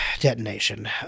detonation